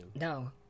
No